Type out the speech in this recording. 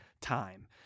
time